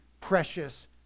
precious